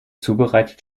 zubereitet